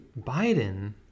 biden